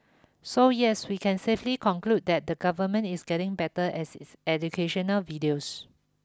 so yes we can safely conclude that the government is getting better at its educational videos